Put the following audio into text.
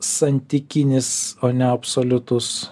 santykinis o ne absoliutus